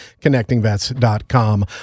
ConnectingVets.com